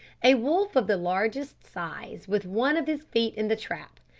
a wolf of the largest size with one of his feet in the trap.